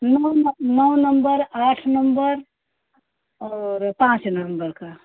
नौ न नौ नंबर आठ नंबर और पाँच नंबर का